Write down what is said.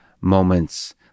moments